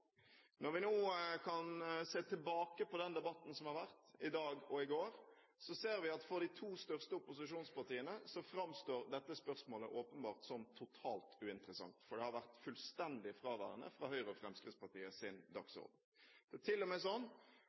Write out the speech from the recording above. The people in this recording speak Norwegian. Når vi nå ser tilbake på debatten som har vært i dag og i går, ser vi at for de to største opposisjonspartiene framstår dette spørsmålet åpenbart som totalt uinteressant, for det har vært fullstendig fraværende fra Høyre og Fremskrittspartiets dagsorden. Det er